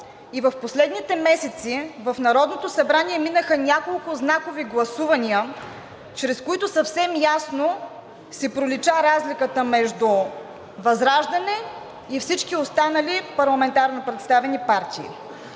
и в последните месеци в Народното събрание минаха няколко знакови гласувания, чрез които съвсем ясно си пролича разликата между ВЪЗРАЖДАНЕ и всички останали парламентарно представени партии.